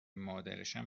مادرشم